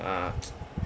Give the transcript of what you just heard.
ah